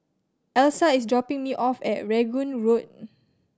Elsa is dropping me off at Rangoon Road